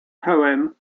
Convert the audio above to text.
poem